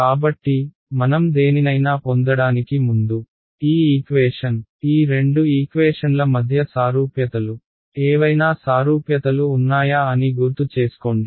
కాబట్టి మనం దేనినైనా పొందడానికి ముందు ఈ ఈక్వేషన్ ఈ రెండు ఈక్వేషన్ల మధ్య సారూప్యతలు ఏవైనా సారూప్యతలు ఉన్నాయా అని గుర్తు చేస్కోండి